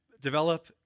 develop